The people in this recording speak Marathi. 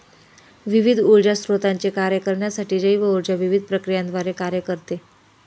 विविध ऊर्जा स्त्रोतांचे कार्य करण्यासाठी जैव ऊर्जा विविध प्रक्रियांद्वारे कार्य करते